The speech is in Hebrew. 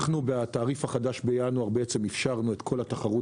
בתעריף החדש בינואר אפשרנו את כל התחרות